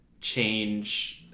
change